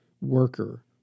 worker